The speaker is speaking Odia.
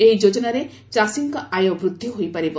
ଏହି ଯୋଜନାରେ ଚାଷୀଙ୍କ ଆୟ ବୃଦ୍ଧି ହୋଇପାରିବ